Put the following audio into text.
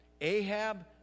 Ahab